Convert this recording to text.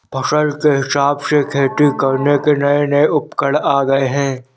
फसल के हिसाब से खेती करने के नये नये उपकरण आ गये है